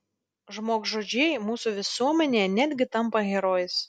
žmogžudžiai mūsų visuomenėje netgi tampa herojais